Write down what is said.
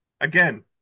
Again